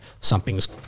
something's